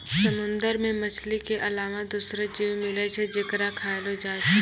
समुंदर मे मछली के अलावा दोसरो जीव मिलै छै जेकरा खयलो जाय छै